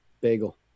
Bagel